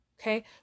Okay